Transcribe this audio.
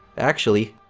actually,